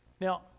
Now